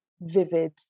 vivid